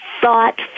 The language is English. thought